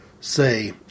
say